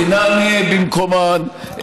אינן במקומן.